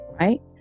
right